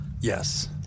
Yes